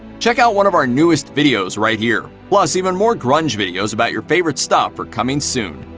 check out one of our newest videos right here! plus, even more grunge videos about your favorite stuff are coming soon.